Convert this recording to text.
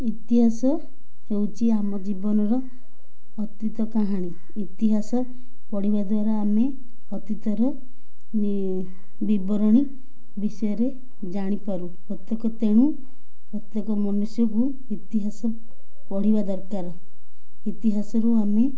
ଇତିହାସ ହେଉଛି ଆମ ଜୀବନର ଅତୀତ କାହାଣୀ ଇତିହାସ ପଢ଼ିବା ଦ୍ୱାରା ଆମେ ଅତୀତର ବିବରଣୀ ବିଷୟରେ ଜାଣିପାରୁ ପ୍ରତ୍ୟେକ ତେଣୁ ପ୍ରତ୍ୟେକ ମନୁଷ୍ୟକୁ ଇତିହାସ ପଢ଼ିବା ଦରକାର ଇତିହାସରୁ ଆମେ